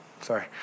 Sorry